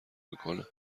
میکند